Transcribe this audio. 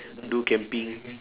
do camping